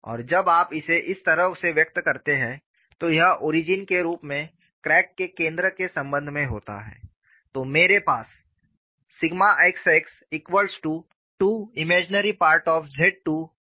और जब आप इसे इस तरह से व्यक्त करते हैं तो यह ओरिजिन के रूप में क्रैक के केंद्र के संबंध में होता है